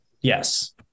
yes